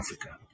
Africa